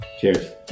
Cheers